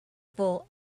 full